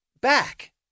back